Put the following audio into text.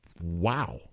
wow